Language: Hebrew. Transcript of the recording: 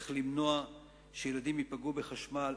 איך למנוע שילדים ייפגעו בחשמל,